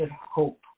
hope